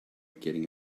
getting